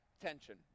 tension